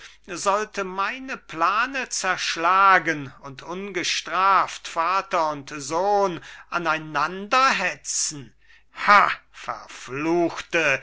sollte meine plane zerschlagen und ungestraft vater und sohn aneinander hetzen ha verflucht